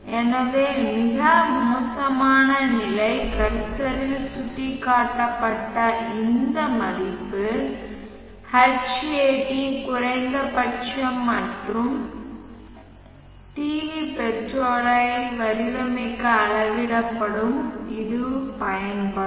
எனவே மிக மோசமான நிலை கர்சரால் சுட்டிக்காட்டப்பட்ட இந்த மதிப்பு Hat குறைந்தபட்சம் மற்றும் டிவி பெற்றோரை வடிவமைக்கவும் அளவிடவும் இது பயன்படும்